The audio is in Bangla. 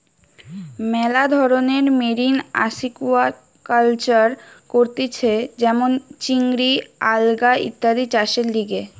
মেলা ধরণের মেরিন আসিকুয়াকালচার করতিছে যেমন চিংড়ি, আলগা ইত্যাদি চাষের লিগে